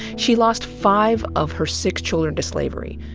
she lost five of her six children to slavery,